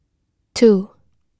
two